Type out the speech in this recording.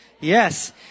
Yes